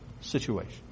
situation